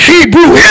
Hebrew